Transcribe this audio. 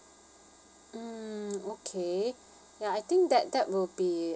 mm okay ya I think that that will be